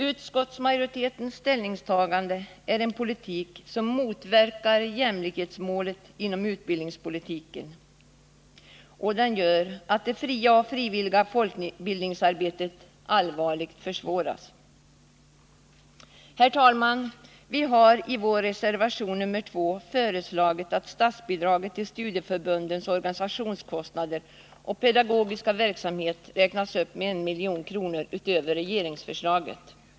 Utskottsmajoritetens ställningstagande är uttryck för en politik som motverkar jämlikhetsmålet inom utbildningspolitiken och allvarligt försvårar det fria och frivilliga folkbildningsarbetet. Herr talman! Vi har i vår reservation nr 2 föreslagit att statsbidraget till studieförbundens organisationskostnader och pedagogiska verksamhet skall räknas upp med 1 milj.kr. utöver regeringsförslaget.